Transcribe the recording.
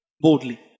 boldly